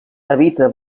habita